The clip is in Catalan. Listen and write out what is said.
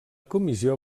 comissió